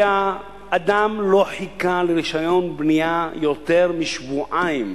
אדם לא חיכה לרשיון בנייה יותר משבועיים,